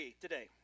today